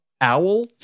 owl